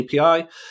API